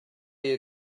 you